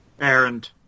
Errand